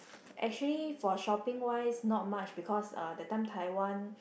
actually for shopping wise not much because uh that time Taiwan